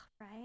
Right